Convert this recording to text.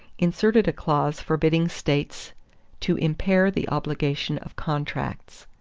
inserted a clause forbidding states to impair the obligation of contracts.